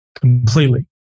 completely